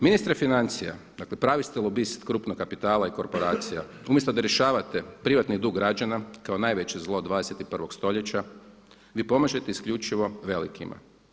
Ministre financija dakle pravi ste lobist krupnog kapitala i korporacija, umjesto da rješavate privatni dug građana kao najveće zlo 21. stoljeća, vi pomažete isključivo velikima.